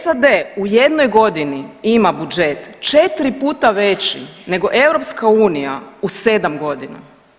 SAD u jednoj godini ima budžet 4 puta veći nego EU u 7 godina.